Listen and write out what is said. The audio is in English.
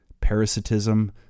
parasitism